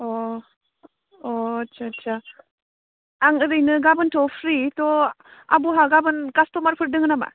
अ अ आस्सा आस्सा आं ओरैनो गाबोनथ' फ्रि थ' आब'हा गाबोन कास्टमारफोर दङ नामा